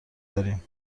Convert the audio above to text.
داریم